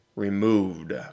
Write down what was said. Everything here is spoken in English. Removed